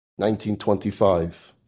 1925